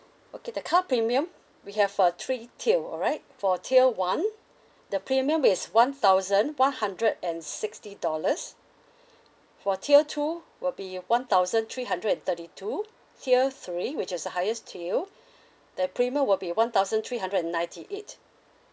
okay the car premium we have uh three tier alright for tier one the premium is one thousand one hundred and sixty dollars for tier two will be one thousand three hundred and thirty two tier three which is the highest tier the premium will be one thousand three hundred and ninety eight